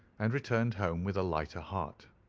and returned home with a lighter heart.